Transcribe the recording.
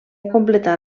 completar